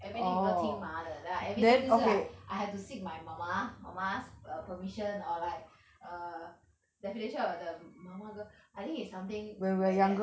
everything 你都听妈的 right everything means like I have to seek my 妈妈妈妈的 permission or like err definition of the mama girl I think is something like that